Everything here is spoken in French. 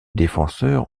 défenseur